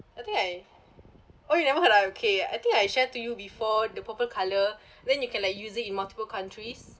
I think I oh you never heard ah okay I think I shared to you before the purple colour then you can like use it in multiple countries